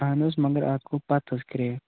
اَہَن حظ مگر اَتھ گوٚو پَتہٕ حظ کرٛیک